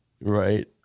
Right